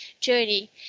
journey